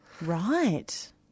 Right